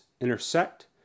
intersect